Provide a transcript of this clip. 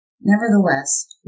Nevertheless